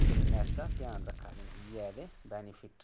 fitness दा ध्यान रक्खै दे न इयै न एह्दे बैनीफिट